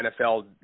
NFL